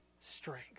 strength